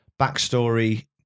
backstory